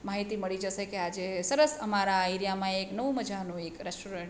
માહિતી મળી જશે કે આ જે સરસ અમારા એરિયામાં એક નવું મજાનું એક રેસ્ટોરન્ટ